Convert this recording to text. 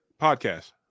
Podcast